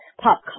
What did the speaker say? pop